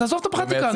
עזוב את הפרקטיקה.